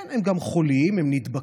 כן, הם גם חולים, הם נדבקים,